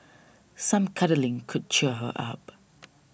some cuddling could cheer her up